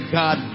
god